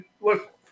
look